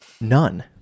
none